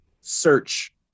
search